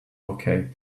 okay